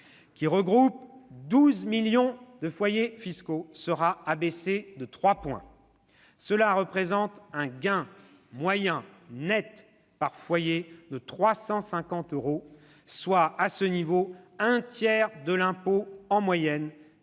qui regroupe 12 millions de foyers, sera abaissé de 3 points. Cela représente un gain moyen par foyer de 350 euros, soit, à ce niveau, un tiers de l'impôt en moyenne.